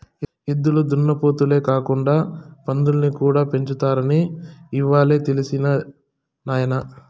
ఎద్దులు దున్నపోతులే కాకుండా పందుల్ని కూడా పెంచుతారని ఇవ్వాలే తెలిసినది నాయన